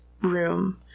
room